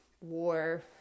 war